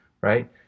right